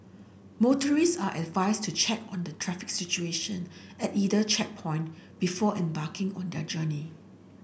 motorist are advised to check on the traffic situation at either checkpoint before embarking on their journey